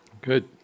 Good